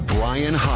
Brian